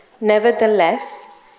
Nevertheless